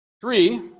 Three